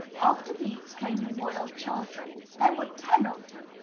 after these came the royal children there were ten of them,